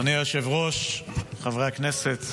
אדוני היושב-ראש, חברי הכנסת,